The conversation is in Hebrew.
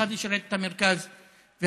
אחת תשרת את המרכז והדרום,